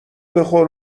بخور